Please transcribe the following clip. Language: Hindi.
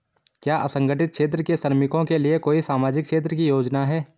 क्या असंगठित क्षेत्र के श्रमिकों के लिए कोई सामाजिक क्षेत्र की योजना है?